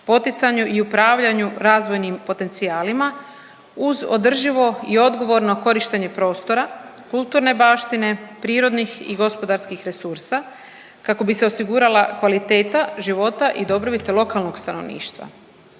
poticanju i upravljanju razvojnim potencijalima uz održivo i odgovorno korištenje prostora, kulturne baštine, prirodnih i gospodarskih resursa, kako bi se osigurala kvaliteta života i dobrobiti lokalnog stanovništva.